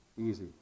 Easy